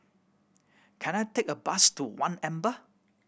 can I take a bus to One Amber